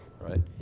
Right